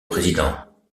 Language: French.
président